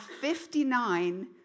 59